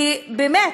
כי באמת,